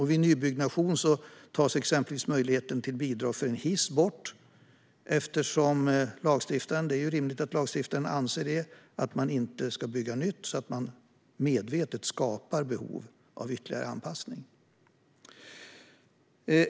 Vid nybyggnation tas exempelvis möjligheten till bidrag för hiss bort, eftersom lagstiftaren anser, vilket är rimligt, att man inte ska bygga nytt på ett sätt som medvetet skapar behov av ytterligare anpassning.